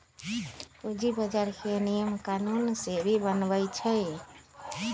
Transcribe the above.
पूंजी बजार के नियम कानून सेबी बनबई छई